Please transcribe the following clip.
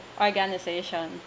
organization